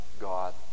God